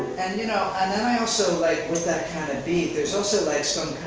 and you know, and then i also, like, with that kind of beat, there's also like some